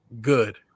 good